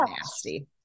nasty